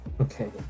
Okay